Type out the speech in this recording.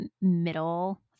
middle